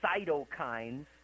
cytokines